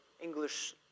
English